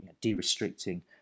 de-restricting